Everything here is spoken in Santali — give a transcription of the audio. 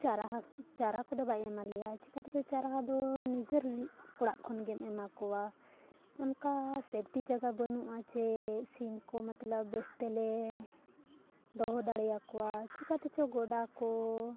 ᱪᱟᱨᱟ ᱪᱟᱨᱟ ᱠᱚᱫᱚ ᱵᱟᱭ ᱮᱢᱟ ᱞᱮᱭᱟ ᱪᱮᱠᱟ ᱛᱮᱪᱚ ᱪᱟᱨᱟ ᱫᱚ ᱱᱤᱡᱮᱨ ᱚᱲᱟᱜ ᱠᱷᱚᱱ ᱜᱮᱢ ᱮᱢᱟ ᱠᱚᱣᱟ ᱚᱱᱠᱟ ᱥᱮᱯᱷᱴᱤ ᱡᱟᱭᱜᱟ ᱵᱟᱹᱱᱩᱜᱼᱟ ᱡᱮ ᱥᱤᱢ ᱠᱚ ᱢᱚᱛᱞᱚᱵᱽ ᱵᱮᱥ ᱛᱮᱞᱮ ᱫᱚᱦᱚ ᱫᱟᱲᱮᱭᱟᱠᱚᱣᱟ ᱪᱮᱠᱟ ᱛᱮᱪᱚ ᱜᱚᱰᱟ ᱠᱚ